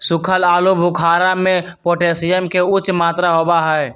सुखल आलू बुखारा में पोटेशियम के उच्च मात्रा होबा हई